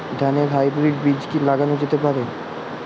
ধানের হাইব্রীড বীজ কি লাগানো যেতে পারে?